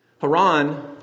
Haran